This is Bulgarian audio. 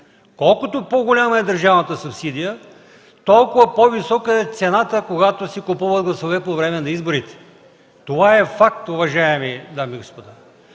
Колкото по-голяма е държавната субсидия, толкова по-висока е цената, с която се купуват гласове по време на изборите. Това е факт, уважаеми дами и господа.